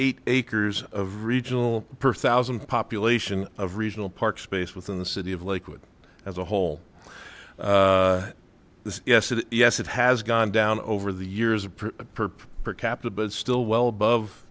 eight acres of regional per thousand population of regional park space within the city of lakewood as a whole yes and yes it has gone down over the years per capita but still well above